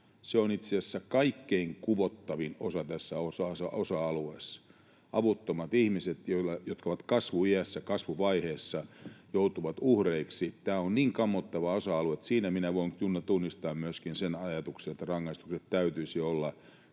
Se on itse asiassa kaikkein kuvottavin osa tässä osa-alueessa. Avuttomat ihmiset, jotka ovat kasvuiässä, kasvuvaiheessa, joutuvat uhreiksi. Tämä on niin kammottava osa-alue, että siinä minä voin kyllä tunnistaa myöskin sen ajatuksen, että rangaistusten täytyisi olla